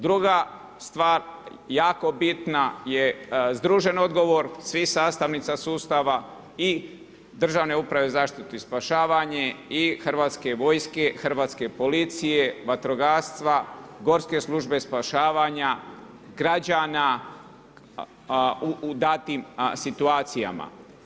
Druga stvar jako bitna je združen odgovor svih sastavnica sustava i Državne uprave za zaštitu i spašavanje i Hrvatske vojske, Hrvatske policije, vatrogastva, Gorske službe spašavanja, građana u datim situacijama.